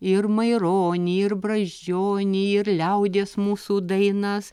ir maironį ir brazdžionį ir liaudies mūsų dainas